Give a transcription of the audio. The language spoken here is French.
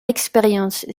expérience